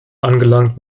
angelangt